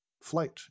flight